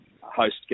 host